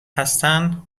هستن